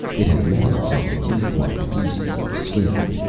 it had lost some leaflike pieces of skin.